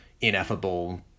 ineffable